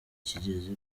kigeze